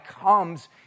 comes